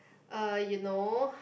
uh you know